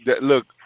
look